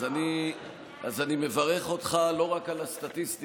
אז אני מברך אותך לא רק על הסטטיסטיקה,